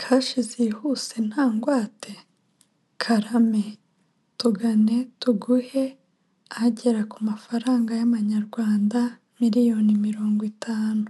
Kashi zihuse nta ngwate? Karame! Tugane tuguhe agera ku mafaranga y'amanyarwanda miliyoni mirongo itanu.